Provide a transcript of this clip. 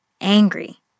angry